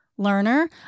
learner